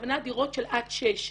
הכוונה דירות של עד שש.